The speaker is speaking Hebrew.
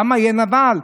למה יהיה נבל?